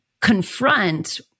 confront